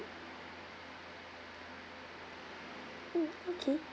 mm okay